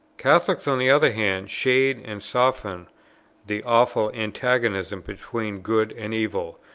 catholics on the other hand shade and soften the awful antagonism between good and evil,